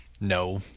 No